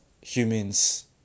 humans